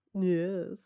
Yes